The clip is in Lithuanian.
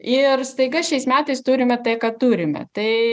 ir staiga šiais metais turime tai ką turime tai anot jums ir